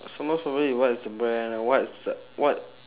so most probably what's the brand what's the what